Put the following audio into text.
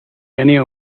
ennio